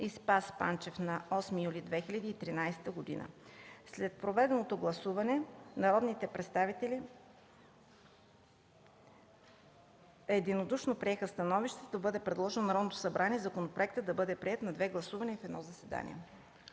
и Спас Панчев на 8 юли 2013 г. След проведеното гласуване народните представители единодушно приеха становище да бъде предложено на Народното събрание законопроектът да бъде приет на две гласувания в едно заседание.”